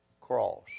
cross